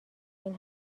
این